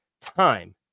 time